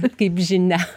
kaip žinia